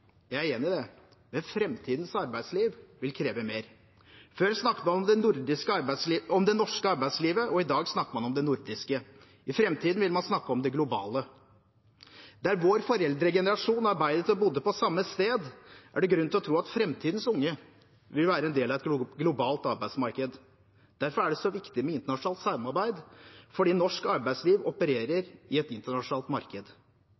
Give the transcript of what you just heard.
Jeg er enig i det. Men framtidens arbeidsliv vil kreve mer. Før snakket man om det norske arbeidslivet, og i dag snakker man om det nordiske. I framtiden vil man snakke om det globale. Der vår foreldregenerasjon arbeidet og bodde på samme sted, er det grunn til å tro at framtidens unge vil være en del av et globalt arbeidsmarked. Derfor er det så viktig med internasjonalt samarbeid fordi norsk arbeidsliv opererer i et internasjonalt marked.